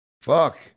Fuck